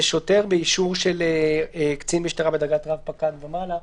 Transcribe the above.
זה שוטר באישור של קצין משטרה בדרגת רב פקד ומעלה,